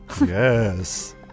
Yes